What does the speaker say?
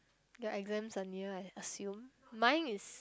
your exams are near I assume mine is